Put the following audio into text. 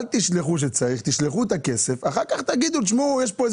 אלך תשלחו הודעה אלא תשלחו את הכסף ואחר כך תגידו הגשתם,